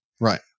Right